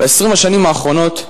ב-20 השנים האחרונות,